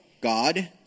God